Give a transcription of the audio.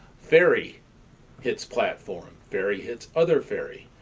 ferry hits platform ferry hits other ferry.